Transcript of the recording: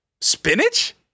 spinach